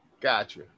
Gotcha